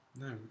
No